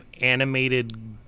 Animated